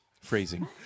Phrasing